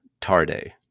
tarde